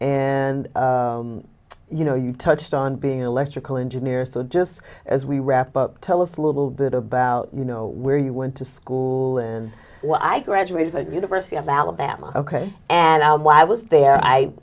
and you know you touched on being an electrical engineer so just as we wrap up tell us a little bit about you know where you went to school when i graduated from university of alabama ok and why was there i